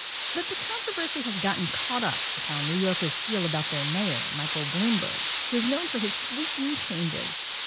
but the controversy has gotten caught up with how new yorkers feel about their mayor, michael bloomberg, who's known for his sweeping changes.